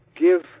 give